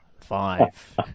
five